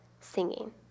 singing